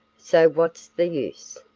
so what's the use?